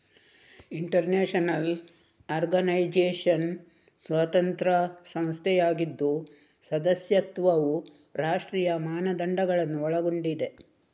inter national organisation ಸ್ವತಂತ್ರ ಸಂಸ್ಥೆಯಾಗಿದ್ದು ಸದಸ್ಯತ್ವವು ರಾಷ್ಟ್ರೀಯ ಮಾನದಂಡಗಳನ್ನು ಒಳಗೊಂಡಿದೆ